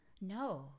No